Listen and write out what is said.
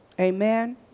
amen